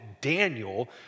Daniel